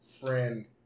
friend